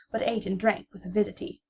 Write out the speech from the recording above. but ate and drank with avidity.